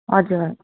हजुर